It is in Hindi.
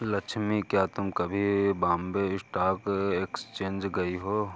लक्ष्मी, क्या तुम कभी बॉम्बे स्टॉक एक्सचेंज गई हो?